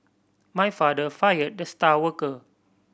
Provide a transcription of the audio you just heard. my father fired the star worker